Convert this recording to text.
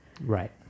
Right